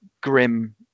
grim